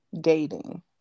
dating